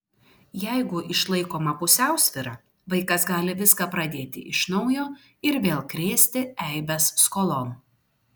jeigu išlaikoma pusiausvyra vaikas gali viską pradėti iš naujo ir vėl krėsti eibes skolon